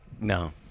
No